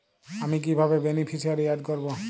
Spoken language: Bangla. আমি কিভাবে বেনিফিসিয়ারি অ্যাড করব?